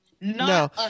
No